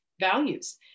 values